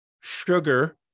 sugar